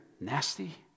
nasty